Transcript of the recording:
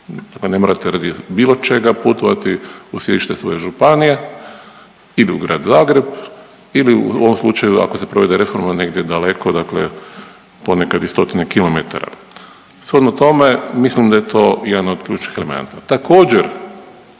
ne morate radi bilo čega putovati u sjedište svoje županije ili u grad Zagreb ili u ovom slučaju ako se provode reforma negdje daleko dakle ponekad i stotine kilometara. Shodno tome mislim da je to jedan od ključnih elemenata. Također